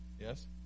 Yes